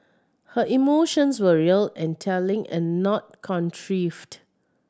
her emotions were real and telling and not contrived